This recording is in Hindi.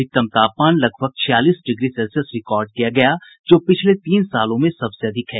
अधिकतम तापमान लगभग छियालीस डिग्री सेल्सियस रिकॉर्ड किया गया जो पिछले तीन सालों में सबसे अधिक है